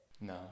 No